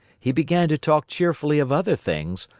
he began to talk cheerfully of other things,